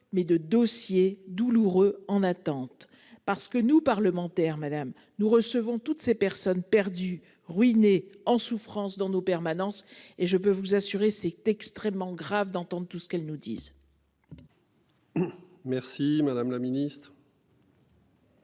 mais de dossiers douloureux en attente parce que nous parlementaires Madame nous recevons toutes ces personnes perdues ruinée en souffrance dans nos permanences et je peux vous assurer, c'est extrêmement grave d'entendre tout ce qu'elle nous dise. Merci, madame la Ministre.